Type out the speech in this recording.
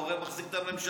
הוא הרי מחזיק את המשלה,